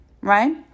Right